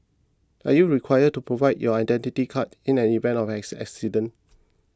are you required to provide your Identity Card in an event of an ass accident